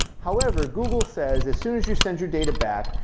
however, google says as soon as you send your data back,